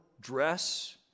dress